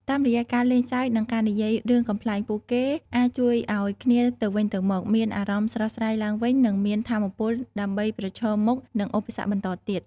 តាមរយៈការលេងសើចនិងការនិយាយរឿងកំប្លែង ពួកគេអាចជួយឱ្យគ្នាទៅវិញទៅមកមានអារម្មណ៍ស្រស់ស្រាយឡើងវិញនិងមានថាមពលដើម្បីប្រឈមមុខនឹងឧបសគ្គបន្តទៀត។